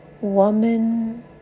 woman